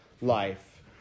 life